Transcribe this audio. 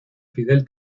fidel